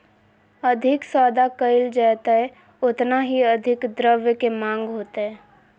अधिक सौदा कइल जयतय ओतना ही अधिक द्रव्य के माँग होतय